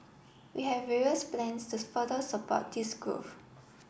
we have various plans to further support this growth